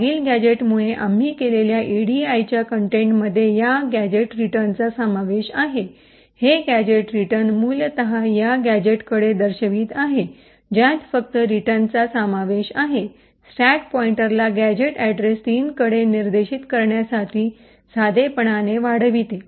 मागील गॅझेटमुळे आम्ही केलेल्या ईडीआयच्या कंटेंटमध्ये या गॅझेट रिटर्नचा समावेश आहे हे गॅझेट रिटर्न मूलत या गॅझेटकडे दर्शवित आहे ज्यात फक्त रिटर्न चा समावेश आहे स्टॅक पॉईंटरला गॅझेट अॅड्रेस 3 कडे निर्देशित करण्यासाठी साधेपणाने वाढविते